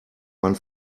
man